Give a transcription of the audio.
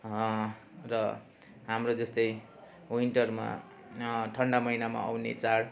र हाम्रो जस्तै विन्टरमा ठन्डा महिनामा आउने चाड